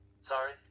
Sorry